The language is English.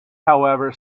however